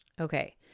Okay